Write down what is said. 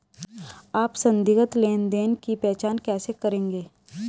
आप संदिग्ध लेनदेन की पहचान कैसे करेंगे?